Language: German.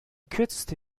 kürzeste